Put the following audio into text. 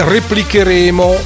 Replicheremo